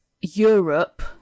Europe